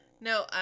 No